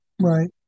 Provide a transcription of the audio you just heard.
Right